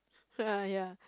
ah ya